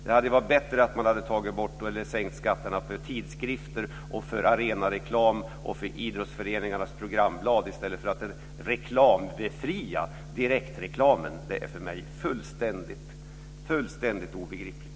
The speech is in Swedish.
Det hade varit bättre om man hade tagit bort eller sänkt skatterna för tidskrifter, arenareklam och idrottsföreningarnas programblad i stället för att reklambefria direktreklamen. Det här är för mig fullständigt obegripligt.